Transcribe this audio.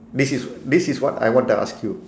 this is this is what I want to ask you